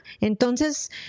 Entonces